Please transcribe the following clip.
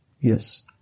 Yes